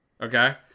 Okay